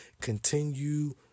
continue